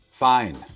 Fine